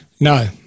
No